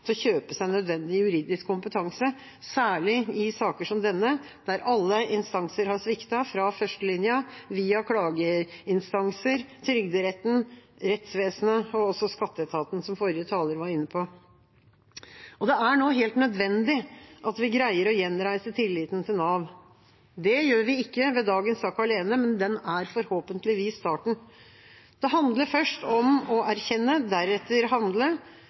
til å kjøpe seg nødvendig juridisk kompetanse, særlig i saker som denne, der alle instanser har sviktet, fra førstelinja via klageinstanser, Trygderetten, rettsvesenet og skatteetaten, som forrige taler var inne på. Det er nå helt nødvendig at vi greier å gjenreise tilliten til Nav. Det gjør vi ikke ved dagens sak alene, men den er forhåpentligvis starten. Det handler først om å erkjenne, deretter å handle.